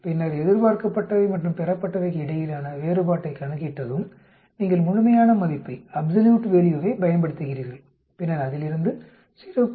பின்னர் எதிர்பார்க்கப்பட்டவை மற்றும் பெறப்பட்டவைக்கு இடையிலான வேறுபாட்டைக் கணக்கிட்டதும் நீங்கள் முழுமையான மதிப்பைப் பயன்படுத்துகிறீர்கள் பின்னர் அதிலிருந்து 0